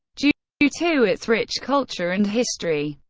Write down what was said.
due due to its rich culture and history,